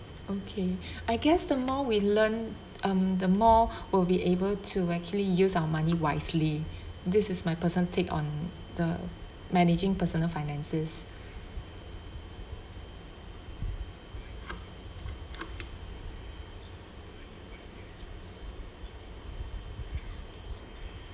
okay I guess the more we learn um the more we'll be able to actually use our money wisely this is my person take on the managing personal finance